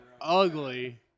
ugly